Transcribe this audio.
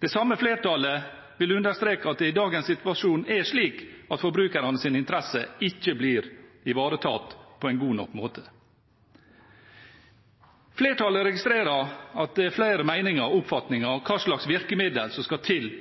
Det samme flertallet vil understreke at det i dagens situasjon er slik at forbrukernes interesser ikke blir ivaretatt på en god nok måte. Flertallet registrerer at det er flere meninger og oppfatninger om hva slags virkemidler som skal til